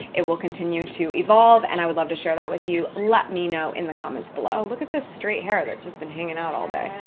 it will continue to evolve, and i would love to share that with you. let me know in the comments below. oh, look at this straight hair that's just been hanging out all day.